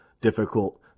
difficult